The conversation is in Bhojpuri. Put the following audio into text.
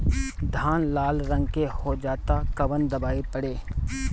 धान लाल रंग के हो जाता कवन दवाई पढ़े?